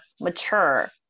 mature